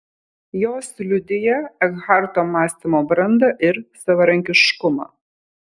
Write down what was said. jos liudija ekharto mąstymo brandą ir savarankiškumą